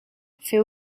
fait